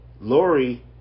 Lori